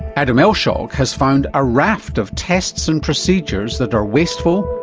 adam elshaug has found a raft of tests and procedures that are wasteful,